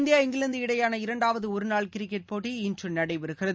India England இடையேயான இரண்டாவது ஒருநாள் கிரிக்கெட் போட்டி இன்று நடைபெறுகிறது